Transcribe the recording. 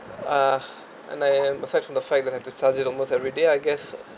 ah and I am aside from the fact I have to charge it almost everyday I guess